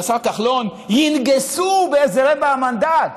או השר כחלון ינגסו באיזה רבע מנדט